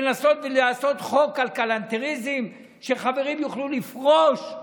לנסות לחוקק חוק על כלנתריזם, שחברים יוכלו לפרוש?